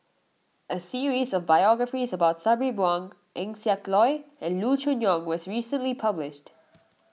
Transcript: a series of biographies about Sabri Buang Eng Siak Loy and Loo Choon Yong was recently published